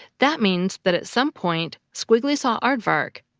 that means that at some point, squiggly saw aardvark,